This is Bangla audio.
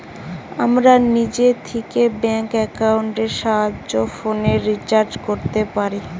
আমরা নিজে থিকে ব্যাঙ্ক একাউন্টের সাহায্যে ফোনের রিচার্জ কোরতে পারি